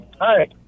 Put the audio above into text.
Hi